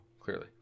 clearly